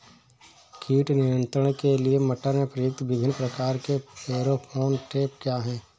कीट नियंत्रण के लिए मटर में प्रयुक्त विभिन्न प्रकार के फेरोमोन ट्रैप क्या है?